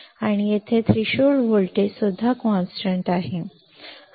येथे threshold voltage स्थिर आहे आम्हाला ते माहित आहे